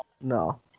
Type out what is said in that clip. no